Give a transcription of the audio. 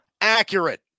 accurate